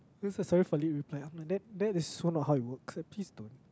that's sorry for late reply I'm like that that's so not how it work please don't